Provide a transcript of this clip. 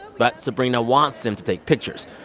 but sabrina wants them to take pictures.